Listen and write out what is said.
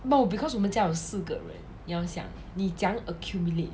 no because 我们家有四个人你要怎样 accumulate